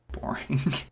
boring